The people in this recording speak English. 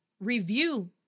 Review